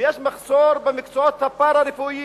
ויש מחסור בבעלי המקצועות הפארה-רפואיים.